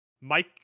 Mike